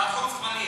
את חוצפנית.